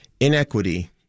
Inequity